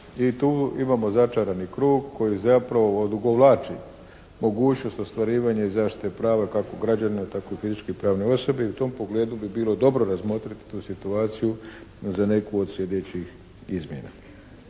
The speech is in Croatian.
I tu imamo začarani krug koji zapravo odugovlači mogućnost ostvarivanja i zaštite prava kako građanina tako fizičke i pravne osobe i u tom pogledu bi bilo dobro razmotriti tu situaciju za neku od slijedećih izmjena.